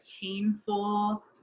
painful